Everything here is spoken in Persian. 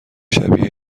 شبیه